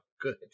good